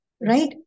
right